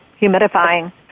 Humidifying